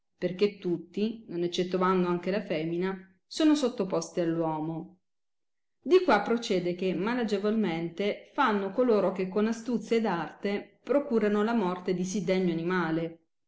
perchè tutti non eccettovando anche la femina sono sottoposti all uomo di qua procede che malagevolmente fanno coloro che con astuzia ed arte procurano la morte di sì degno animale